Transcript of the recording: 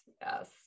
yes